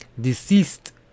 Deceased